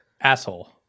Asshole